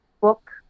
book